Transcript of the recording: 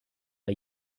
bei